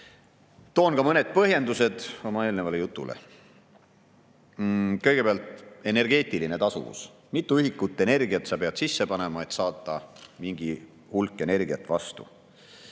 Toon ka mõned põhjendused oma eelnevale jutule. Kõigepealt, energeetiline tasuvus: mitu ühikut energiat peab sisse panema, et saada mingi hulk energiat vastu.